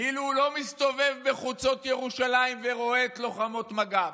כאילו הוא לא מסתובב בחוצות ירושלים ורואה את לוחמות מג"ב,